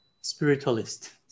spiritualist